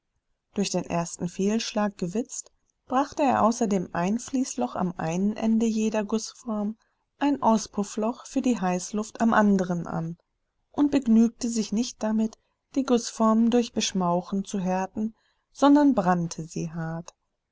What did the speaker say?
durch den ersten fehlschlag gewitzt brachte er außer dem einfließloch am einen ende jeder gußform ein auspuffloch für die heißluft am anderen an und begnügte sich nicht damit die gußformen durch beschmauchen zu härten sondern brannte sie hart